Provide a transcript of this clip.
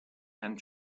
and